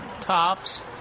tops